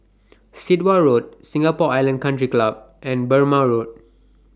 Sit Wah Road Singapore Island Country Club and Burmah Road